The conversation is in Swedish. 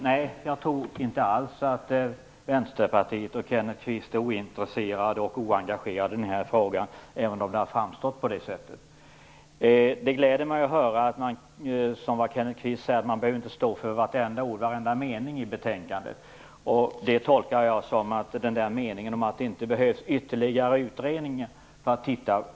Fru talman! Jag tror inte alls att Vänsterpartiet och Kenneth Kvist är ointresserade och oengagerade i den här frågan, även om det har framstått så. Det gläder mig att höra Kenneth Kvist säga att man inte behöver stå för varje ord och mening i betänkandet. Det tolkar jag som att meningen om att det inte behövs ytterligare utredning skall strykas.